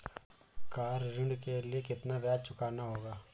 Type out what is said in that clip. Car ऋण के लिए कितना ब्याज चुकाना होगा?